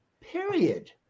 period